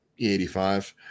E85